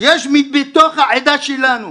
יש מתוך העדה שלנו,